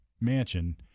mansion